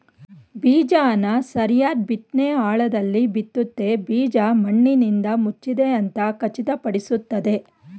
ಬೀಜನ ಸರಿಯಾದ್ ಬಿತ್ನೆ ಆಳದಲ್ಲಿ ಬಿತ್ತುತ್ತೆ ಬೀಜ ಮಣ್ಣಿಂದಮುಚ್ಚಿದೆ ಅಂತ ಖಚಿತಪಡಿಸ್ತದೆ